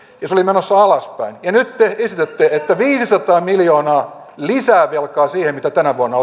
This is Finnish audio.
se oli menossa alaspäin ja nyt te esitätte viisisataa miljoonaa lisää velkaa siihen mitä tänä vuonna